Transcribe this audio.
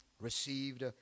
received